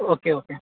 okay okay